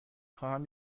خواهم